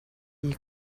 gli